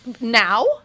now